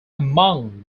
among